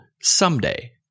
Someday